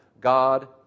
God